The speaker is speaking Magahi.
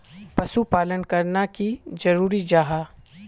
पशुपालन करना की जरूरी जाहा?